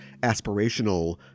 aspirational